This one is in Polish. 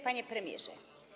Panie Premierze!